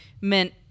meant